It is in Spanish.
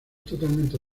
totalmente